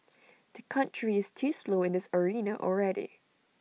the country is too slow in this arena already